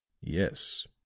Yes